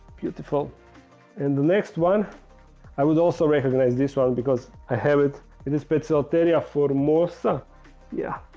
beautiful and the next one i would also recognize this one because i have it it is bit soft area, formosa yeah,